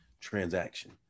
transaction